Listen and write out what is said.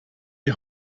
die